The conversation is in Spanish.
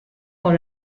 por